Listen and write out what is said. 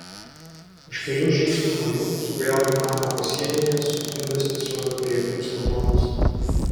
už kelių žingsnių nuo jų sugriauto namo pasienyje sukniubęs tysojo priegliaus lavonas